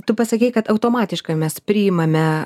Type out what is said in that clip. tu pasakei kad automatiškai mes priimame